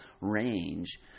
range